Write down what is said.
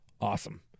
awesome